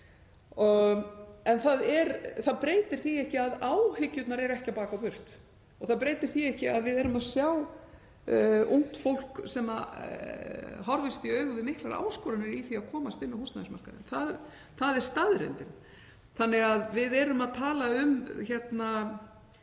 íbúðir. Það breytir því ekki að áhyggjurnar eru ekki á bak og burt og það breytir því heldur ekki að við erum að sjá ungt fólk sem horfist í augu við miklar áskoranir í því að komast inn á húsnæðismarkaðinn, það er staðreynd, þannig að við erum að tala um hvernig